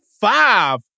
five